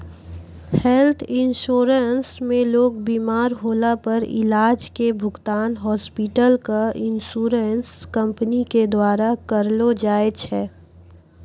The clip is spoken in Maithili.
हेल्थ इन्शुरन्स मे लोग बिमार होला पर इलाज के भुगतान हॉस्पिटल क इन्शुरन्स कम्पनी के द्वारा करलौ जाय छै